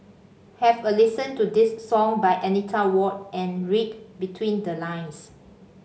have a listen to this song by Anita Ward and read between the lines